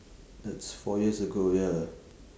that's four years ago ya